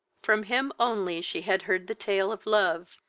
from him only she had heard the tale of love,